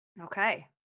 Okay